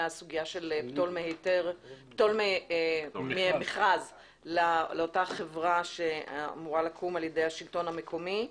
הסוגיה של פטור ממכרז לאותה חברה שאמורה לקום על ידי השלטון המקומי.